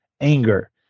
anger